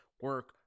Work